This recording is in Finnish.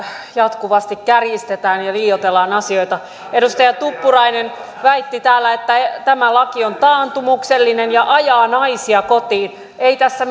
jatkuvasti kärjistetään ja liioitellaan asioita edustaja tuppurainen väitti täällä että tämä laki on taantumuksellinen ja ajaa naisia kotiin ei tässä